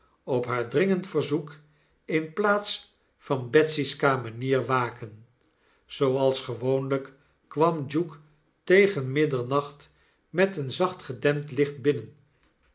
op haar dringend verzoek in plaats van betsy's kamenier waken zooals gewoonlgk kwam duke tegen middernacht met een zacht gedempt licht binnen